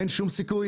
אין שום סיכוי,